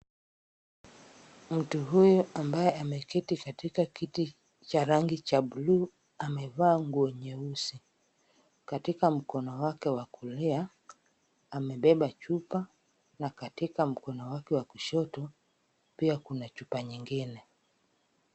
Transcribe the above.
Mtu huyu ambaye ameketi katika kiti cha rangi cha blue , amevaa nguo nyeusi. Katika mkono wake wa kulia, amebeba chupa, na katika mkono wake wa kushoto, pia kuna chupa nyingine.